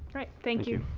thank you.